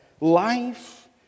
life